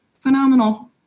phenomenal